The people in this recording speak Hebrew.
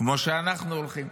כמו שאנחנו הולכים,